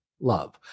love